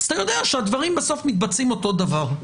הדברים בסוף מתבצעים אותו דבר.